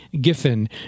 Giffen